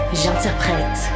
j'interprète